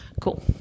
cool